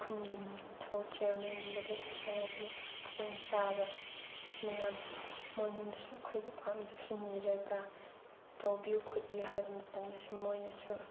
ꯈꯨꯟꯒꯤ ꯅꯤꯡꯊꯧ ꯆꯤꯌꯥꯔꯃꯦꯟꯒꯨꯝꯕꯗ ꯆꯠꯂꯒꯁꯨ ꯈꯨꯗꯣꯡ ꯆꯥꯕ ꯃꯌꯥꯝ ꯃꯣꯏꯉꯣꯟꯗꯁꯨ ꯑꯩꯈꯣꯏꯒꯤ ꯄꯥꯝꯖꯕꯁꯨ ꯅꯤꯔꯒ ꯇꯧꯕꯤꯌꯨ ꯈꯣꯠꯄꯤꯌꯨ ꯍꯥꯏꯕ ꯃꯇꯝꯗꯁꯨ ꯃꯣꯏꯅꯁꯨ